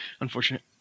Unfortunate